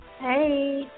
hey